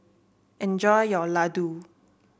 enjoy your Ladoo